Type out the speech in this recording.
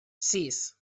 sis